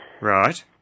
right